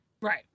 Right